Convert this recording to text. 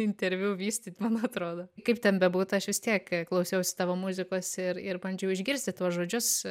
interviu vystyt man atrodo kaip ten bebūtų aš vis tiek klausiausi tavo muzikos ir ir bandžiau išgirsti tuos žodžius